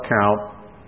count